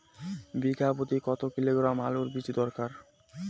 বিঘা প্রতি কত কিলোগ্রাম আলুর বীজ দরকার?